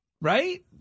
Right